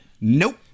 Nope